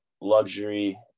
luxury